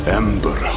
ember